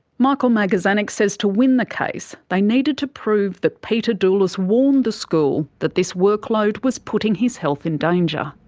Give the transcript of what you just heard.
michael magazanik says to win the case, they needed to prove that peter doulis warned the school that this workload was putting his health in danger.